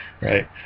Right